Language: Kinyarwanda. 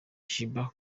sheebah